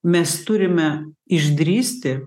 mes turime išdrįsti